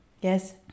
Yes